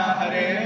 Hare